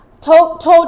told